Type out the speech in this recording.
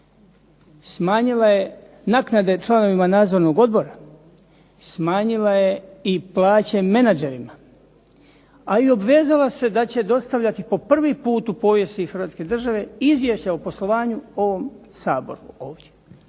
Smanjila je naknade članovima nadzornog odbora, smanjila je plaće i menagerima, a i obvezala se da će dostavljati po prvi put u povijesti Hrvatske države izvješća o poslovanju ovom Saboru ovdje